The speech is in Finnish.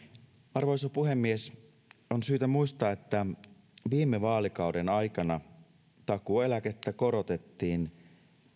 arvoisa puhemies on syytä muistaa että viime vaalikauden aikana takuueläkettä korotettiin